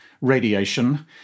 radiation